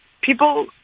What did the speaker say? people